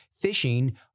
fishing